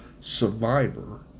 survivor